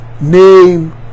name